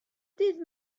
dydd